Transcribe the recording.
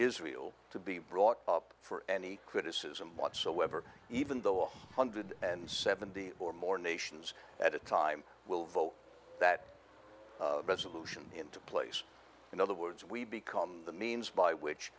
israel to be brought up for any criticism whatsoever even though a hundred and seventy or more nations at a time will vote that resolution into place in other words we become the means by which